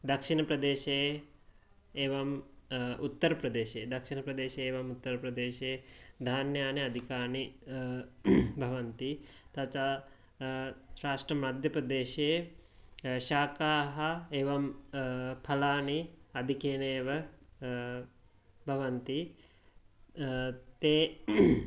दक्षिणप्रदेशे एवम् उत्तरप्रदेशे दक्षिणप्रदेशे एवम् उत्तरप्रदेशे धान्यानि अधिकानि भवन्ति तथा फाष्ट् मध्यप्रदेशे शाकाः एवं फलानि अधिकेनेव भवन्ति ते